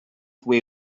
way